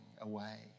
away